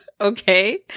Okay